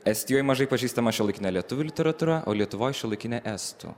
estijoj mažai pažįstama šiuolaikine lietuvių literatūra o lietuvoj šiuolaikinė estų